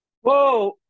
Whoa